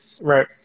Right